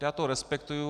Já to respektuji.